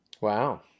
Wow